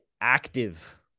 active